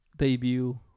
Debut